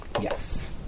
Yes